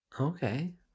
okay